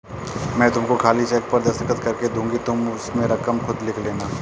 मैं तुमको खाली चेक पर दस्तखत करके दूँगी तुम उसमें रकम खुद लिख लेना